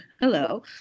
Hello